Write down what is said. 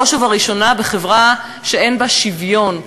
בראש ובראשונה בחברה שאין בה שוויון,